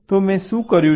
તો મેં શું કર્યું છે